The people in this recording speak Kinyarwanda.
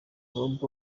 klopp